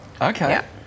Okay